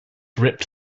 ripped